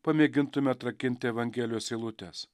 pamėgintume atrakinti evangelijos eilutes